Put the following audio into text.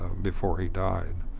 before he died.